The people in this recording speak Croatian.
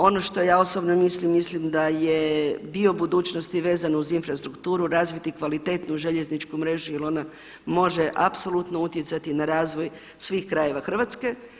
Ono što ja osobno mislim, mislim da je dio budućnosti vezan uz infrastrukturu razviti kvalitetnu željezničku mrežu jer ona može apsolutno utjecati na razvoj svih krajeva Hrvatske.